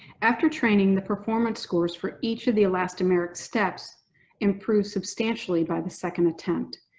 after training, the performance scores for each of the elastomeric steps improved substantially by the second attempt.